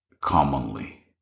commonly